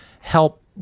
help